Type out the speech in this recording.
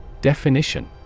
Definition